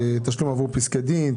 תשלום עבור פסקי דין,